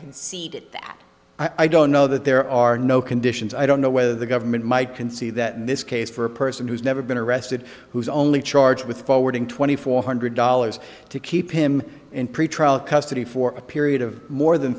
conceded that i don't know that there are no conditions i don't know whether the government might concede that in this case for a person who's never been arrested who's only charged with forwarding twenty four hundred dollars to keep him in pretrial custody for a period of more than